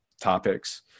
topics